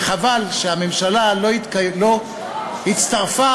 וחבל שהממשלה לא הצטרפה,